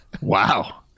wow